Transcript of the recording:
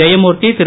Jayamoorthy Thiru